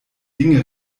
dinge